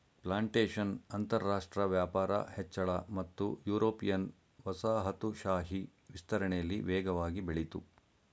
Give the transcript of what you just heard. plantation ಅಂತರಾಷ್ಟ್ರ ವ್ಯಾಪಾರ ಹೆಚ್ಚಳ ಮತ್ತು ಯುರೋಪಿಯನ್ ವಸಾಹತುಶಾಹಿ ವಿಸ್ತರಣೆಲಿ ವೇಗವಾಗಿ ಬೆಳಿತು